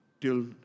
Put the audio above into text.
till